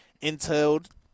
entailed